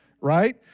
right